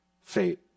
fate